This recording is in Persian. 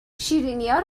شیرینیا